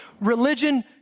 religion